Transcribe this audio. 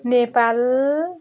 Nepal